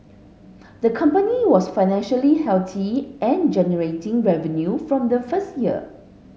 the company was financially healthy and generating revenue from the first year